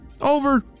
Over